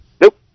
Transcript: Nope